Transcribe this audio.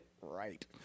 right